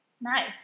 nice